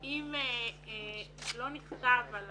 אם לא נכתב על